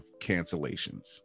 cancellations